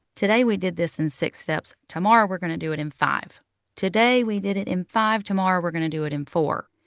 today we did this in six steps tomorrow we're going to do it in five today we did it in five tomorrow we're going to do it in four.